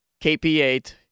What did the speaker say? KP8